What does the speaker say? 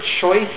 choice